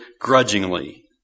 grudgingly